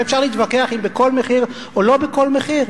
ואפשר להתווכח אם בכל מחיר או לא בכל מחיר,